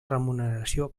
remuneració